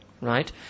Right